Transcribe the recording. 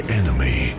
enemy